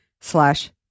slash